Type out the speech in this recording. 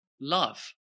love